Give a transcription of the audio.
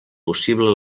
possible